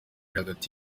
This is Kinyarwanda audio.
hagati